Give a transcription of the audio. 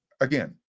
Again